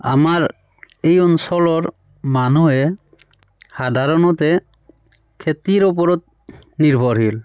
আমাৰ এই অঞ্চলৰ মানুহে সাধাৰণতে খেতিৰ ওপৰত নিৰ্ভৰশীল